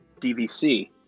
DVC